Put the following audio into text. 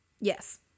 Yes